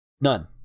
none